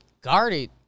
Guarded